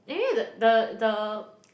anyway the the the